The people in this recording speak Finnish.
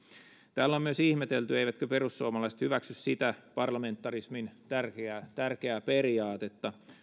täällä on myös ihmetelty eivätkö perussuomalaiset hyväksy sitä parlamentarismin tärkeää periaatetta